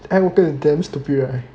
air open and damn stupid right